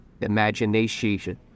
imagination